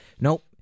Nope